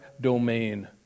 domain